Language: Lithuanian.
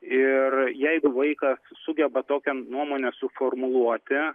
ir jeigu vaikas sugeba tokią nuomonę suformuluoti